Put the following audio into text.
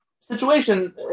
situation